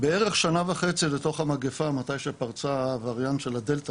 בערך שנה וחצי לתוך המגיפה מתי שפרץ הווריאנט של הדלתא,